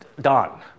Don